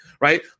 Right